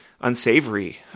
unsavory